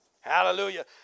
Hallelujah